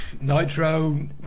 nitro